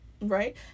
right